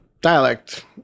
dialect